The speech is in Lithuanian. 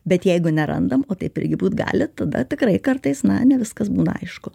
bet jeigu nerandam o taip irgi būti gali tada tikrai kartais na ne viskas būna aišku